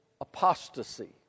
apostasy